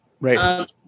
Right